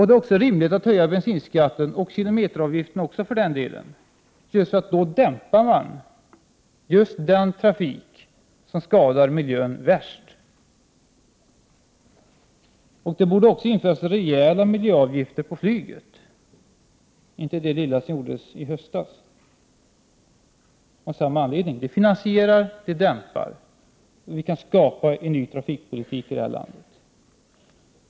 Det är också rimligt att höja bensinskatten, och för den delen också kilometeravgiften, av det skälet att man då dämpar just den trafik som skadar miljön värst. Av samma anledning borde det också införas rejäla miljöavgifter på flyget — inte de små som infördes i höstas — eftersom de finansierar och dämpar och bidrar till att vi kan skapa en ny trafikpolitik här i landet.